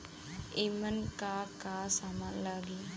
ईमन का का समान लगी?